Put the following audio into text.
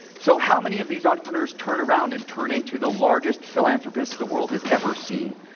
so how many of these entrepreneurs turn around and turn into the largest philanthropist the world has ever seen?